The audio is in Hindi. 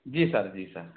जी सर जी सर